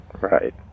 right